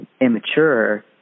immature